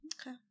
Okay